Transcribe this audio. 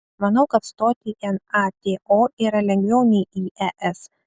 manau kad stoti į nato yra lengviau nei į es